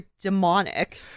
demonic